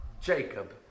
Jacob